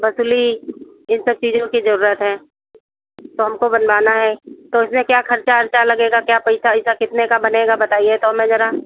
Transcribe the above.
बसुली इन सब चीज़ों की ज़रूरत है तो हमको बनवाना है तो इसमें क्या ख़र्चा वर्चा लगेगा क्या पैसा वैसा कितने का बनेगा बताइए तो हमें ज़रा